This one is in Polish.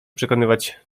przekonywać